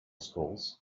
schools